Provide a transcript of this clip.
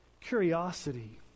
curiosity